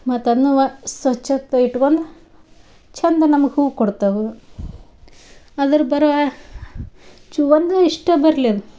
ಮತ್ತೆ ಅದ್ನವ ಸ್ವಚ್ಛತೆ ಇಟ್ಕೊಂಡ್ ಚಂದ ನಮ್ಗೆ ಹೂ ಕೊಡ್ತಾವು ಅದ್ರ ಬರವ ಚೂ ಒಂದು ಇಷ್ಟ ಬರಲಿ ಅದು